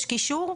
יש קישור,